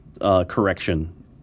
Correction